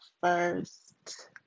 first